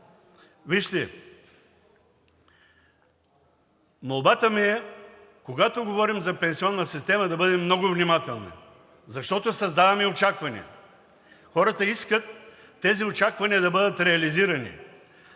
колеги. Молбата ми е, когато говорим за пенсионна система, да бъдем много внимателни, защото създаваме очаквания. Хората искат тези очаквания да бъдат реализирани,